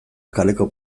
kaleko